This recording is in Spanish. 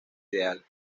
ideal